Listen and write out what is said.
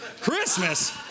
Christmas